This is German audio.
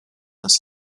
dass